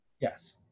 Yes